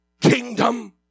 kingdom